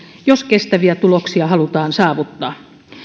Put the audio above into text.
jos kestäviä tuloksia halutaan saavuttaa